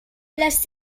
les